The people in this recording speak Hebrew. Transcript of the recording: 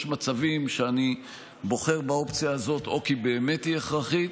יש מצבים שאני בוחר באופציה הזאת או כי באמת היא הכרחית